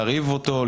להרעיב אותו,